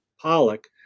Pollock